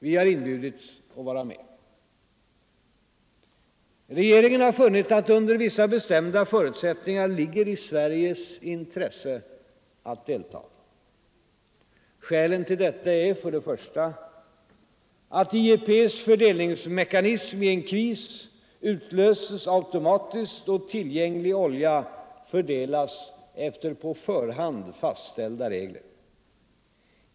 Vi har inbjudits att vara med. Regeringen har funnit att det under vissa bestämda förutsättningar ligger i Sveriges intresse att delta. Skälen till detta är: För det första utlöses automatiskt IEP:s fördelningsmekanism i en kris och tillgänglig olja fördelas efter på förhand fastställda regler.